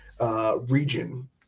region